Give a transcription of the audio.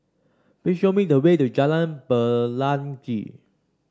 please show me the way to Jalan Pelangi